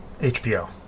HBO